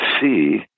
see